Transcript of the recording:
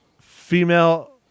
female